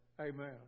Amen